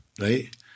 right